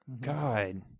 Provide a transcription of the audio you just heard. god